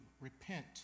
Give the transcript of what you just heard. repent